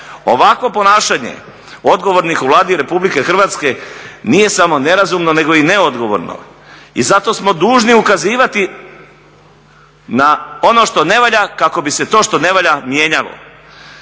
Ovakvo ponašanje odgovornih u Vladi Republike Hrvatske nije samo nerazumno nego i neodgovorno. I zato smo dužni ukazivati na ono što ne valja kako bi se to što ne valja mijenjalo.